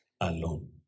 alone